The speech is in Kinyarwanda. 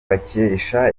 bakesha